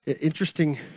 Interesting